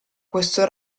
questo